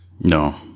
No